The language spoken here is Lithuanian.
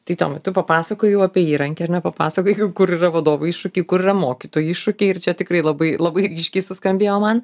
tai tomai tu papasakojai jau apie įrankį ar ne papasakojai kur yra vadovų iššūkiai kur yra mokytojų iššūkiai ir čia tikrai labai labai ryškiai suskambėjo man